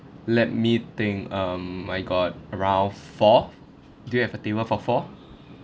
let me think um I got around four do you've a table for four